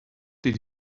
did